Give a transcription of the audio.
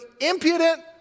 impudent